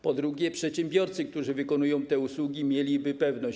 Po drugie, przedsiębiorcy, którzy wykonują te usługi, mieliby pewność.